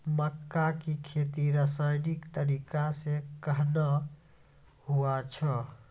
मक्के की खेती रसायनिक तरीका से कहना हुआ छ?